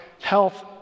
health